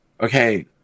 Okay